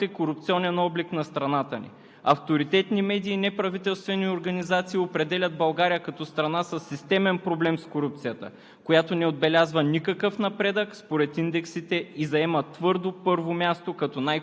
Така се превърнахте в заплаха за националната сигурност. За 10 години създадохте корупционен облик на страната ни. Авторитетни медии и неправителствени организации определят България като страна със системен проблем с корупцията,